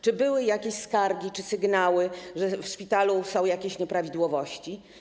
Czy były jakieś skargi czy sygnały, że w szpitalu są jakieś nieprawidłowości?